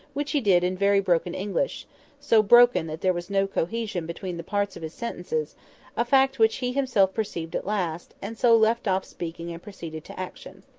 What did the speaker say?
which he did in very broken english so broken that there was no cohesion between the parts of his sentences a fact which he himself perceived at last, and so left off speaking and proceeded to action.